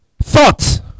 thoughts